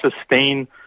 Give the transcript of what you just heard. sustain